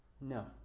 No